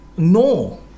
No